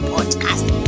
Podcast